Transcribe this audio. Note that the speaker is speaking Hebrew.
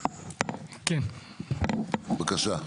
בבקשה.